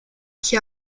qui